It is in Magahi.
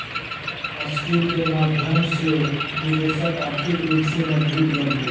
स्कीम के माध्यम से निवेशक आर्थिक रूप से मजबूत बनतय